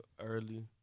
early